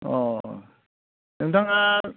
नोंथाङा